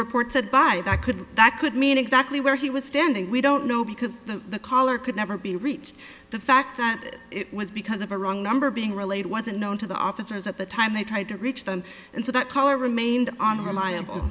report said by by could that could mean exactly where he was standing we don't know because the collar could never be reached the fact that it was because of a wrong number being relayed wasn't known to the officers at the time they tried to reach them and so that color remained on reliable